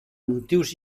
motius